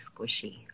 squishy